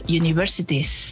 universities